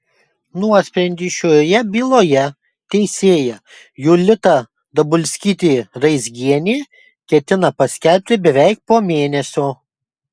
nuosprendį šioje byloje teisėja julita dabulskytė raizgienė ketina paskelbti beveik po mėnesio